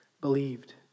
believed